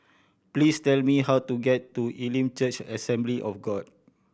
please tell me how to get to Elim Church Assembly of God